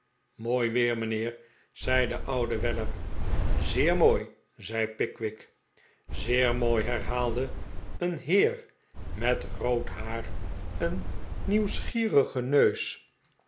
mooi weer mijnheer zei de oude weller zeer mooi zei pickwick zeer mooi herhaalde een heer met rood haar een nieuwsgierigen neus